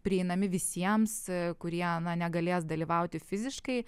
prieinami visiems kurie na negalės dalyvauti fiziškai